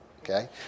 Okay